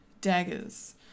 Daggers